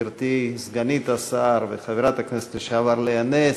גברתי סגנית השר וחברת הכנסת לשעבר לאה נס,